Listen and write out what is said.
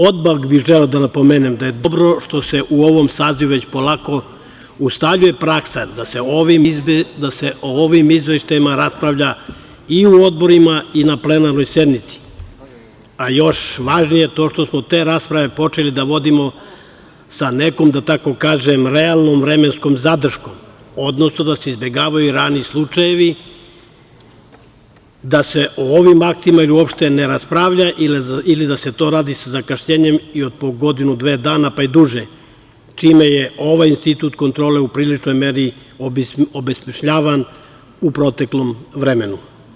Odmah bih želeo da napomenem da je dobro što se u ovom sazivu već polako ustaljuje praksa da se o ovim izveštajima raspravlja i u odborima i na plenarnoj sednici, a još važnije što smo te rasprave počeli da vodimo, da tako kažem, sa nekom realnom vremenskom zadrškom, odnosno da se izbegavaju raniji slučajevi, da se o ovim aktima ili uopšte ne raspravlja ili da se to radi sa zakašnjenjem po godinu-dve dana, pa i duže, čime je ovaj institut kontrole u priličnoj meri obesmišljavan u proteklom vremenu.